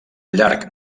llarg